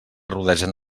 rodegen